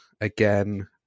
again